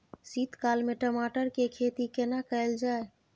शीत काल में टमाटर के खेती केना कैल जाय?